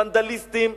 לוונדליסטים,